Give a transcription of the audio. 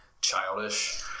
childish